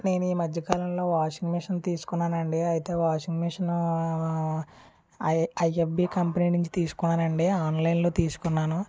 నేను ఈ మధ్య కాలంలో వాషింగ్ మిషన్ తీసుకున్నానండి అయితే washing machine I IFB company నుంచి తీసుకున్నానండి ఆన్లైన్ లో తీసుకున్నాను